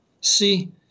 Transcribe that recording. See